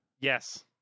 Yes